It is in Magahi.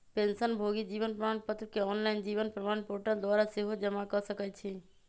पेंशनभोगी जीवन प्रमाण पत्र के ऑनलाइन जीवन प्रमाण पोर्टल द्वारा सेहो जमा कऽ सकै छइ